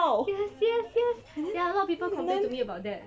yes yes yes ya a lot of people complain to me about that